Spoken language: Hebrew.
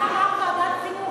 גם השר בעד.